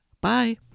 Bye